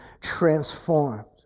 transformed